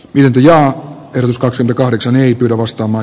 yllään kerskauksen kahdeksan ei perustama